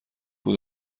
بود